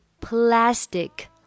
plastic